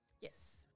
Yes